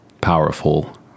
powerful